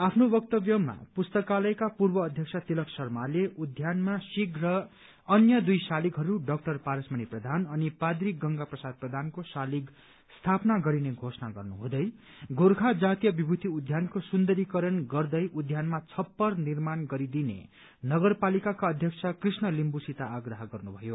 आफ्नो वक्तव्यमा पुस्तकालयका पूर्व अध्यक्ष तिलक शर्माले उद्यानमा शीघ्र अन्य दुइ शालिगहरू डाक्टर पारसमणि प्रधान अनि पाद्री गंगा प्रसाद प्रधानको शालिग स्थापा गरिने घोषणा गर्नुहुँदै गोर्खा जातीय विभूति उद्यानको सुन्दरीकरण गर्दै उद्यानमा छप्पर निर्माण गरिदिने नगरपालिकाका अध्यक्ष कृष्ण लिम्बूसित आग्रह गर्नुभयो